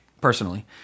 personally